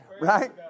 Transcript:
Right